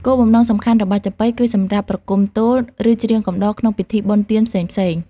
គោលបំណងសំខាន់របស់ចាប៉ី គឺសម្រាប់ ប្រគំទោល ឬ ច្រៀងកំដរ ក្នុងពិធីបុណ្យទានផ្សេងៗ។